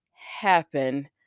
happen